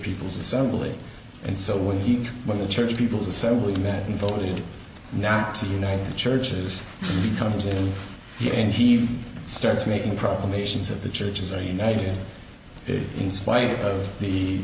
people's assembly and so when he when the church people's assembly met and voted not to you know the churches comes in here and he starts making proclamations of the churches are united in spite of the